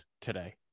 today